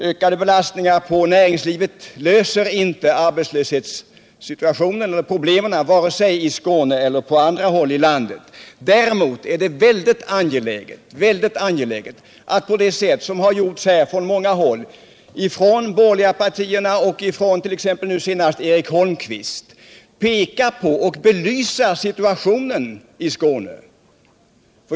Ökade belastningar på näringslivet löser inte arbetslöshetsproblemen i vare sig Skåne eller på andra håll i landet. Däremot är det angeläget att på det sätt som har gjorts från de borgerliga partierna, och nu senast från Eric Holmqvist peka på och belysa situationen i Skåne.